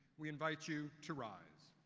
we invite you to rise.